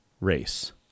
race